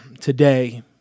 today